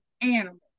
animals